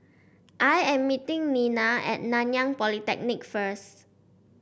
I am meeting Nena At Nanyang Polytechnic first